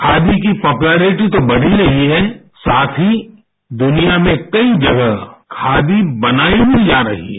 खादी की पोपुलरटीतो बढ़ ही रही है साथ ही दुनिया में कई जगह खादी बनाई भी जा रही है